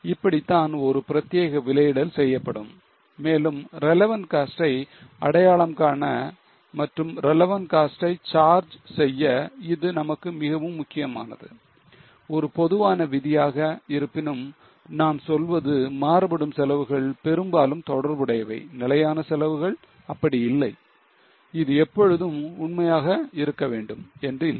இப்படித்தான் ஒரு பிரத்தியேக விலையிடல் செய்யப்படும் மேலும் relevant cost ஐ அடையாளங்காண மற்றும் relevant cost ஐ charge செய்ய இது நமக்கு மிகவும் முக்கியமானது ஒரு பொதுவான விதியாக இருப்பினும் நாம் சொல்வது மாறுபடும் செலவுகள் பெரும்பாலும் தொடர்புடையவை நிலையான செலவுகள் அப்படி இல்லை இது எப்பொழுதும் உண்மையாக இருக்க வேண்டும் என்று இல்லை